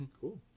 Cool